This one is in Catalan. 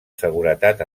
seguretat